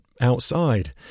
outside